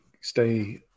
stay